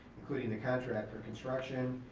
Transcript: including the contractor construction,